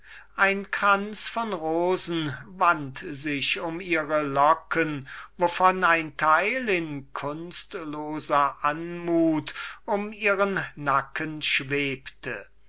ein kranz von rosen wand sich um ihre locken wovon ein teil in kunstloser anmut um ihren nacken schwebte